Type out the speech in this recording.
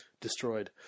destroyed